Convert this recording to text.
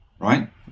right